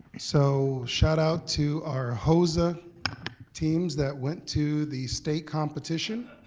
so shout out to our hosa teams that went to the state competition.